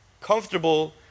comfortable